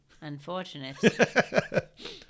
Unfortunate